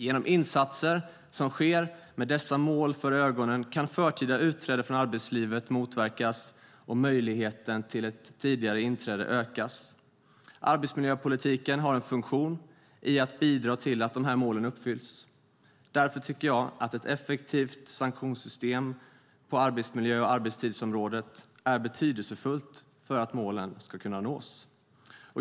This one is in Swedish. Genom insatser som sker med dessa mål för ögonen kan förtida utträde från arbetslivet motverkas och möjligheterna till ett tidigare inträde ökas. Arbetsmiljöpolitiken har en funktion i att bidra till att de här målen uppfylls. Därför tycker jag att ett effektivt sanktionssystem på arbetsmiljö och arbetstidsområdet är betydelsefullt för att målen ska kunna nås.